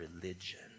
religion